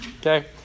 Okay